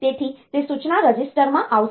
તેથી તે સૂચના રજિસ્ટરમાં આવશે